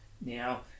now